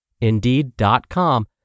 Indeed.com